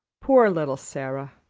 poor little sara!